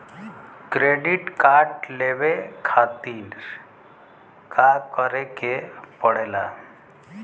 Credit card लेवे खातिर का करे के पड़ेला?